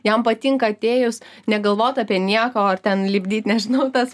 jam patinka atėjus negalvot apie nieką o ar ten lipdyt nežinau tas